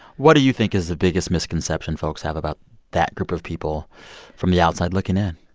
what do you think is the biggest misconception folks have about that group of people from the outside looking in?